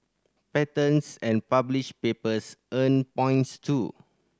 patents and published papers earn points too